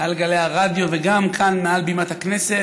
מעל גלי הרדיו וגם כאן מעל במת הכנסת,